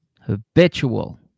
Habitual